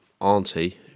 auntie